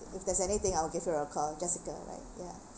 if there's anything I will give you a call jessica right ya